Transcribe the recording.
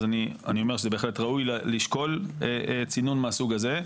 אז אני אומר שזה בהחלט ראוי לשקול צינון מהסוג הזה.